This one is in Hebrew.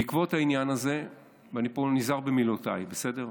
בעקבות העניין הזה, ופה אני נזהר במילותיי, בסדר?